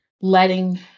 letting